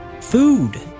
Food